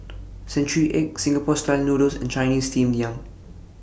Century Egg Singapore Style Noodles and Chinese Steamed Yam